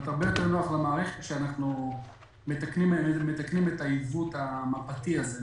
הרבה יותר נוח למערכת שאנחנו מתקנים את העיוות הזה במפה.